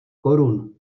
korun